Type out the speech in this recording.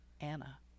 Anna